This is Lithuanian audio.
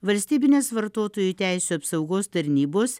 valstybinės vartotojų teisių apsaugos tarnybos